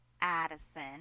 Addison